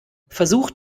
versucht